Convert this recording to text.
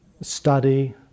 study